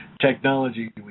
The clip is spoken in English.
technology